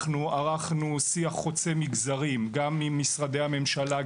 אנחנו ערכנו שיח חוצה מגזרים גם עם משרדי הממשלה,